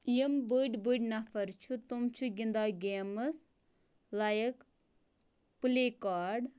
یِم بٔڑۍ بٔڑۍ نفر چھِ تِم چھِ گِنٛدان گیمٕز لایک پٕلے کاڈ